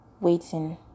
waiting